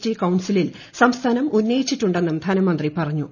T കൌൺസിലിൽ സംസ്ഥാനം ഉന്നയിച്ചിട്ടു്ളന്റും ധനമന്ത്രി പറഞ്ഞു